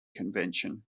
convention